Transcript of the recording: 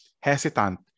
hesitant